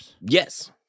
Yes